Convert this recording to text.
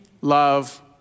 love